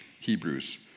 Hebrews